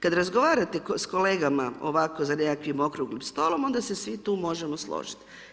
Kada razgovarate s kolegama, ovako za nekakvim okruglim stolom, onda se svi tu možemo složiti.